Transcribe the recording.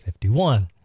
51